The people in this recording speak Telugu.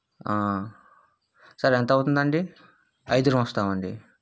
సరే ఎంత అవుతుంది అండి ఐదుగురం వస్తాము అండి